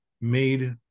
made